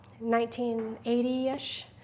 1980-ish